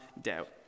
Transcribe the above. doubt